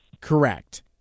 correct